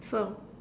so